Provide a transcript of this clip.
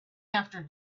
after